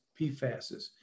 PFASs